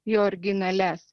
į originalias